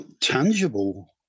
tangible